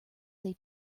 they